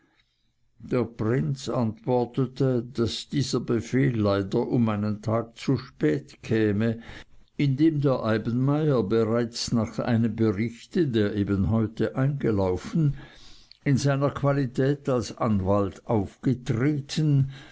der prinz antwortete daß dieser befehl leider um einen tag zu spät käme indem der eibenmayer bereits nach einem berichte der eben heute eingelaufen in seiner qualität als anwalt aufgetreten